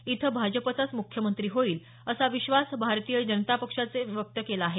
इथं भाजपाचाच मुख्यमंत्री होईल असा विश्वास भारतीय जनता पक्षानं व्यक्त केला आहे